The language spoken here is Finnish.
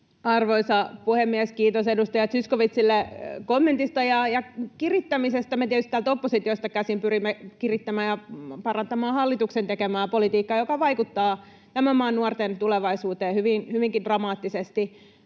Arvoisa puhemies! Kiitos edustaja Zyskowiczille kommentista ja kirittämisestä. Me tietysti täältä oppositiosta käsin pyrimme kirittämään ja parantamaan hallituksen tekemää politiikkaa, joka vaikuttaa tämän maan nuorten tulevaisuuteen hyvinkin dramaattisesti.